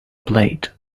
plate